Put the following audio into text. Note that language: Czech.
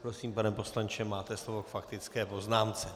Prosím, pane poslanče, máte slovo k faktické poznámce.